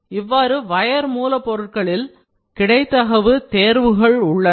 இவ்வாறு வயர் மூலப் பொருட்களில் பல கிடைத்தகவு தேர்வுகள் உள்ளன